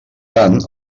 tant